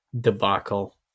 debacle